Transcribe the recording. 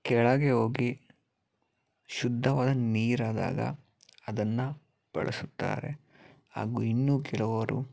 ಕೆಳಗೆ ಹೋಗಿ ಶುದ್ಧವಾದ ನೀರಾದಾಗ ಅದನ್ನು ಬಳಸುತ್ತಾರೆ ಹಾಗೂ ಇನ್ನೂ ಕೆಲವರು